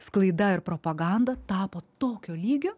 sklaida ir propaganda tapo tokio lygio